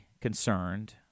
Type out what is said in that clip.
concerned